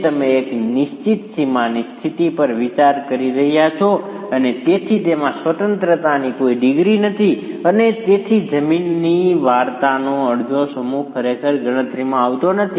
તે તમે એક નિશ્ચિત સીમાની સ્થિતિ પર વિચાર કરી રહ્યાં છો અને તેથી તેમાં સ્વતંત્રતાની કોઈ ડિગ્રી નથી અને તેથી જમીનની વાર્તાનો અડધો સમૂહ ખરેખર ગણતરીમાં આવતો નથી